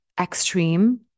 extreme